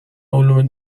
علوم